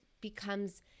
becomes